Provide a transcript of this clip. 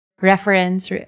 reference